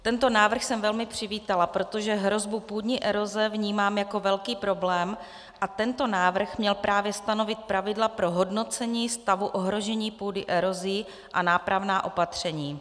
Tento návrh jsem velmi přivítala, protože hrozbu půdní eroze vnímám jako velký problém a tento návrh měl právě stanovit pravidla pro hodnocení stavu ohrožení půdy erozí a nápravná opatření.